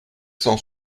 cent